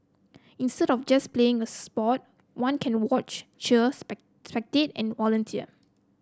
instead of just playing a sport one can watch cheer spec spectate and volunteer